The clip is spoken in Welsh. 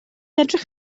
edrych